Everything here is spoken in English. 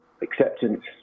acceptance